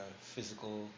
physical